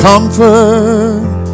Comfort